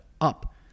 up